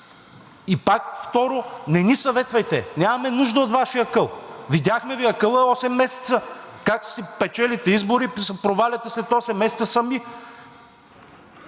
И пак, второ, не ни съветвайте. Нямаме нужда от Вашия акъл. Видяхме Ви акъла осем месеца как си печелите избори и се проваляте след осем месеца сами.